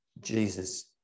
Jesus